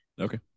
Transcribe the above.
Okay